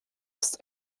ist